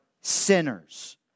sinners